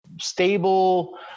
stable